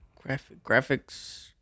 Graphics